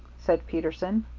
said peterson.